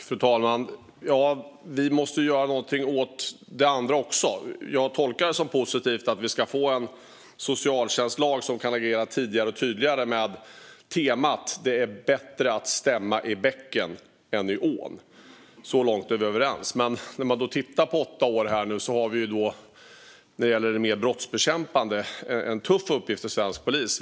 Fru talman! Vi måste göra något åt det andra också. Jag tolkar det som positivt att vi ska få en socialtjänstlag som kan agera tidigare och tydligare på temat det är bättre att stämma i bäcken än i ån. Så långt är vi överens. Vad gäller brottsbekämpning har svensk polis haft en tuff uppgift under de här åtta åren.